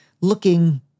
looking